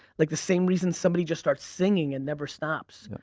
like the same reason somebody just starts singing and never stops.